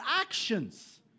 actions